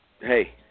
Hey